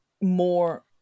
more